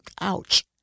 Ouch